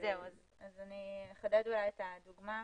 ברשותך, אני אחדד את הדוגמה.